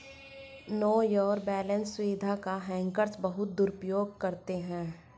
no your balance सुविधा का hackers बहुत दुरुपयोग करते हैं